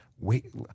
Wait